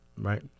right